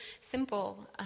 simple